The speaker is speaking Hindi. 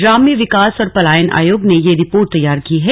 ग्राम्य विकास और पलायन आयोग ने ये रिपोर्ट तैयार की है